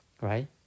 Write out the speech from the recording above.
right